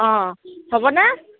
অঁ হ'বনে